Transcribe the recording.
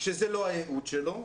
שזה לא הייעוד שלו,